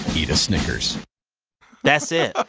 eat a snickers that's it. ah